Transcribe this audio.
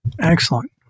Excellent